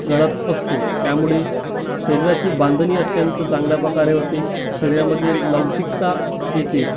घडत असतो त्यामुळे शरीराची बांधणी अत्यंत चांगल्याप्रकारे होते शरीरामध्ये लवचिकता येते